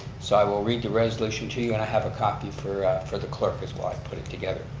so i will read the resolution to you and i have a copy for for the clerk as well. i put it together.